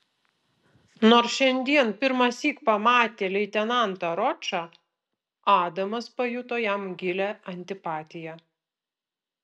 nors šiandien pirmąsyk pamatė leitenantą ročą adamas pajuto jam gilią antipatiją